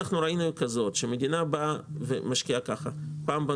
אנחנו ראינו מציאות שבה המדינה משקיעה בממ"ד,